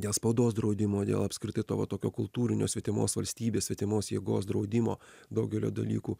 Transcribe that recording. dėl spaudos draudimo dėl apskritai to va tokio kultūrinio svetimos valstybės svetimos jėgos draudimo daugelio dalykų